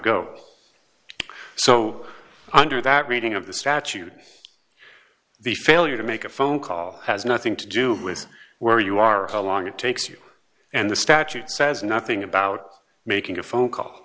go so under that reading of the statute the failure to make a phone call has nothing to do with where you are long it takes you and the statute says nothing about making a phone call